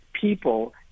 people